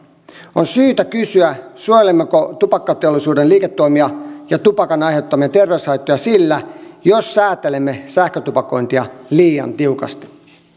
on syytä kysyä suojelemmeko tupakkateollisuuden liiketoimia ja tupakan aiheuttamia terveyshaittoja sillä jos säätelemme sähkötupakointia liian tiukasti